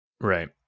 Right